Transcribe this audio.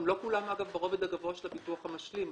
גם לא כולן אגב ברובד הגבוה של הביטוח המשלים.